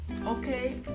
okay